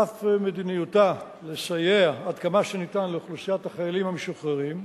על אף מדיניותה לסייע עד כמה שאפשר לאוכלוסיית החיילים המשוחררים,